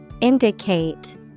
Indicate